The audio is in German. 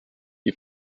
die